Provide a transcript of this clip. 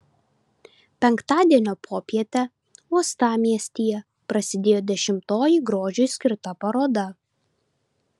penktadienio popietę uostamiestyje prasidėjo dešimtoji grožiui skirta paroda